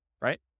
right